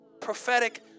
prophetic